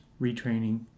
retraining